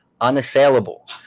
unassailable